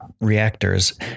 reactors